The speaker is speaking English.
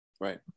right